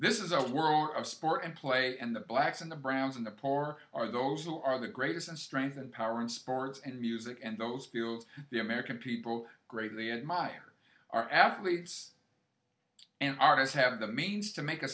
this is a world of sport and play and the blacks and the browns and the poor are those who are the greatest and strength and power in sports and music and those fields the american people greatly admire our athletes and artists have the means to make a